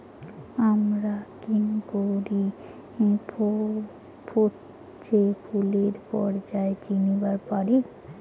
হামরা কেঙকরি ফছলে ফুলের পর্যায় চিনিবার পারি?